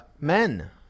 men